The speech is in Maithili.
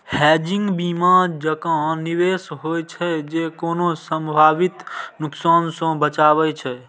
हेजिंग बीमा जकां निवेश होइ छै, जे कोनो संभावित नुकसान सं बचाबै छै